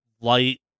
light